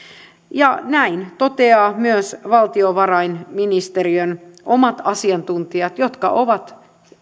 näin toteavat myös valtiovarainministeriön omat asiantuntijat jotka ovat